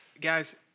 Guys